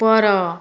ଉପର